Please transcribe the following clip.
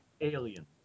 alien